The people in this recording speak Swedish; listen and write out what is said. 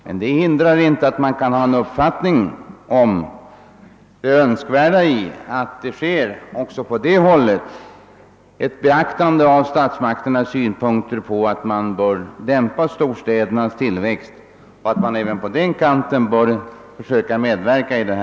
Men det hindrar inte att man kan ha en uppfattning om det önskvärda i att även sådana företag beaktar statsmakternas synpunkter på ätt storstädernas tillväxt bör dämpas och att de själva bör försöka medverka därtill.